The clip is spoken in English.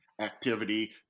activity